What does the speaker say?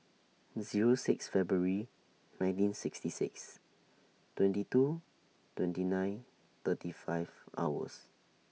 Zero six February nineteen sixty six twenty two twenty nine thirty five hours